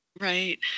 right